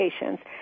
patients